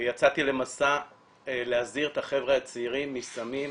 יצאתי למסע להזהיר את החבר'ה הצעירים מסמים.